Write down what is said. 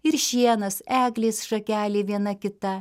ir šienas eglės šakelė viena kita